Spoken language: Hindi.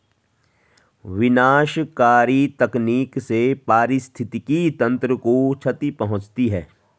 विनाशकारी तकनीक से पारिस्थितिकी तंत्र को क्षति पहुँचती है